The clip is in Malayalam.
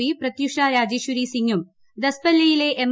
പി പ്രത്യുഷ രാജേശ്വരി സിങ്ങും ദസ്പല്ലയിലെ എം